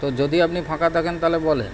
তো যদি আপনি ফাঁকা থাকেন তাহলে বলেন